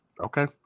Okay